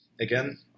again